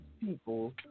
people